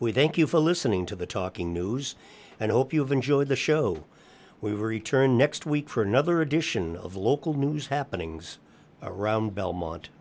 we thank you for listening to the talking news and hope you'll enjoy the show we were returning next week for another edition of local news happening around belmont